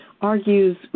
argues